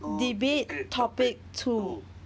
debate topic two